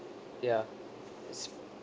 ya